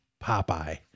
Popeye